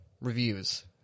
reviews